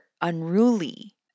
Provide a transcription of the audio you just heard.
unruly